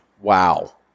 Wow